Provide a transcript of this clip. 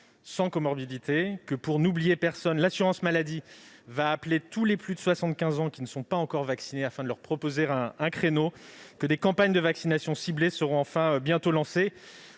sans comorbidités. Pour n'oublier personne, l'assurance maladie appellera tous les plus de 75 ans qui ne sont pas encore vaccinés afin de leur proposer un créneau. Des campagnes de vaccination ciblée seront enfin bientôt lancées,